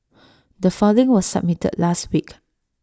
the filing was submitted last week